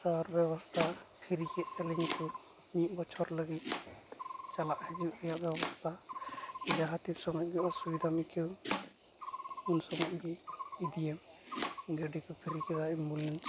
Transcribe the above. ᱥᱟᱨ ᱵᱮᱵᱚᱥᱛᱟ ᱯᱷᱤᱨᱤᱠᱮᱫ ᱛᱟᱹᱞᱤᱧᱟᱠᱚ ᱢᱤᱫ ᱵᱚᱪᱷᱚ ᱞᱟᱹᱜᱤᱫ ᱪᱟᱞᱟᱜ ᱦᱟᱹᱡᱩᱜ ᱨᱮᱭᱟᱜ ᱵᱮᱵᱚᱥᱛᱟ ᱡᱟᱦᱟᱸᱛᱤᱱ ᱥᱚᱢᱚᱡᱜᱤ ᱚᱥᱩᱵᱤᱛᱟᱢ ᱟᱹᱭᱠᱟᱹᱣ ᱩᱱ ᱥᱚᱢᱚᱡᱜᱤ ᱤᱫᱤᱭᱮᱢ ᱜᱟᱹᱰᱤᱠᱚ ᱯᱷᱨᱤ ᱠᱮᱫᱟ ᱮᱢᱵᱩᱞᱮᱱᱥ